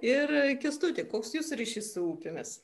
ir kęstuti koks jūsų ryšys su upėmis